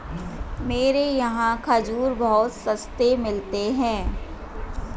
मेरे यहाँ खजूर बहुत सस्ते मिलते हैं